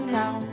now